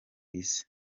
isi